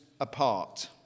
apart